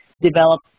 develop